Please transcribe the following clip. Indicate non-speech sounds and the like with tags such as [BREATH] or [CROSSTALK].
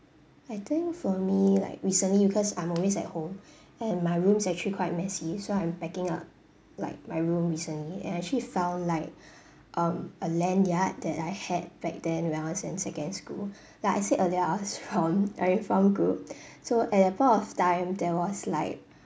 I think for me like recently because I'm always at home [BREATH] and my room is actually quite messy so I'm packing up like my room recently and I actually found like [BREATH] um a lanyard that I had back then when I was in secondary school [BREATH] like I said earlier I was from uniform group [BREATH] so at that point of time there was like